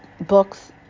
books